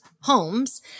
homes